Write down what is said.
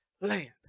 land